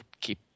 keep